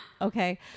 Okay